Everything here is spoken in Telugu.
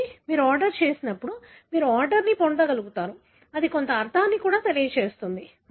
కాబట్టి మీరు ఆర్డర్ చేసినప్పుడు మీరు ఆర్డర్ను పొందగలుగుతారు అది కొంత అర్థాన్ని కూడా తెలియజేస్తుంది